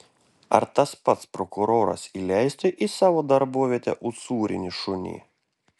ar tas pats prokuroras įleistų į savo darbovietę usūrinį šunį